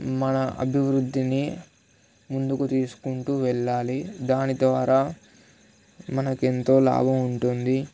మన అభివృద్ధిని ముందుకు తీసుకుంటూ వెళ్ళాలి దాని ద్వారా మనకు ఎంతో లాభం ఉంటుంది